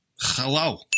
hello